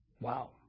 Wow